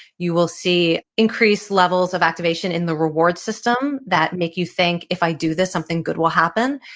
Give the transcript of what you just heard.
you will see increased levels of activation in the reward system that make you think, if i do this, something good will happen.